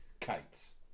Kites